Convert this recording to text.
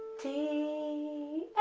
d,